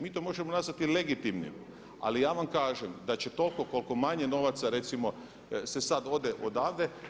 Mi to možemo nazvati legitimnim, ali ja vam kažem da će toliko koliko manje novaca recimo se sad ode odavde.